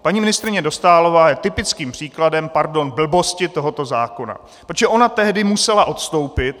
Paní ministryně Dostálová je typickým příkladem, pardon, blbosti tohoto zákona, protože ona tehdy musela odstoupit.